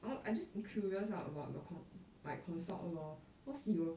oh I just curious ah about the con~ like consult lor cause he will